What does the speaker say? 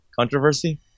Controversy